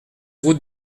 route